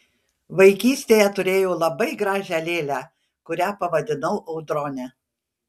vaikystėje turėjau labai gražią lėlę kurią pavadinau audrone